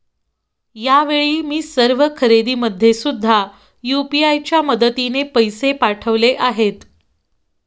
यावेळी मी सर्व खरेदीमध्ये सुद्धा यू.पी.आय च्या मदतीने पैसे पाठवले आहेत